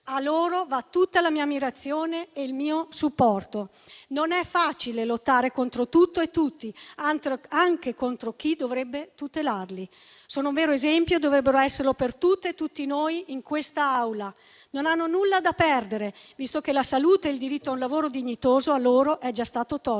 A loro vanno tutta la mia ammirazione e il mio supporto. Non è facile lottare contro tutto e tutti, anche contro chi dovrebbe tutelarli. Sono un vero esempio e dovrebbero esserlo per tutte e tutti noi in quest'Aula; non hanno nulla da perdere, visto che la salute e il diritto a un lavoro dignitoso a loro sono già stati tolti.